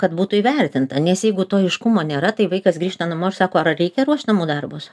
kad būtų įvertinta nes jeigu to aiškumo nėra tai vaikas grįžta namo ir sako ar reikia ruošt namų darbus